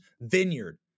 Vineyard